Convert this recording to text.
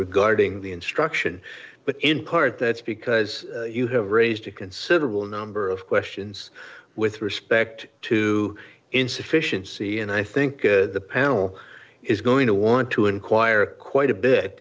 regarding the instruction but in part that's because you have raised a considerable number of questions with respect to insufficiency and i think the panel is going to want to inquire quite a bit